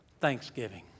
Thanksgiving